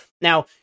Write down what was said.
Now